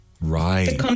right